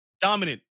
Dominant